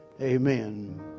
amen